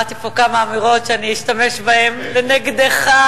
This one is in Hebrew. ששמעתי פה כמה אמירות שאני אשתמש בהן נגדך,